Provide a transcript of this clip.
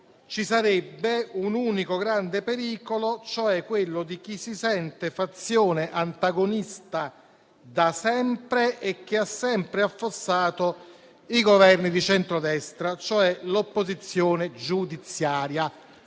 ci sarebbe un unico grande pericolo, cioè quello di chi si sente fazione antagonista da sempre e che ha sempre affossato i Governi di centrodestra, cioè l'opposizione giudiziaria.